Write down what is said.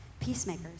Peacemakers